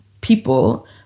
people